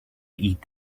eat